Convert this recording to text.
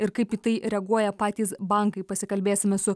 ir kaip į tai reaguoja patys bankai pasikalbėsime su